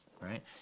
right